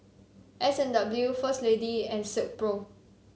S and W First Lady and Silkpro